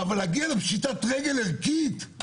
להגיע לפשיטת רגל ערכית,